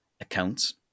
accounts